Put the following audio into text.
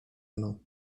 mną